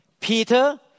Peter